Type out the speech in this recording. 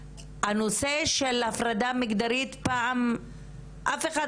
הנושא של הפרדה מגדרית - פעם אף אחד